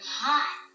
hot